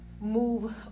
move